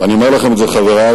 ואני אומר לכם את זה, חברי,